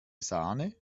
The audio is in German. sahne